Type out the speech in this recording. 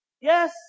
Yes